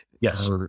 Yes